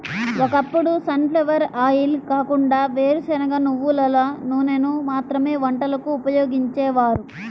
ఒకప్పుడు sunflower oil కాకుండా వేరుశనగ, నువ్వుల నూనెను మాత్రమే వంటకు ఉపయోగించేవారు